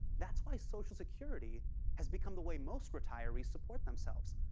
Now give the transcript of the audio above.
that's why social security has become the way most retirees support themselves.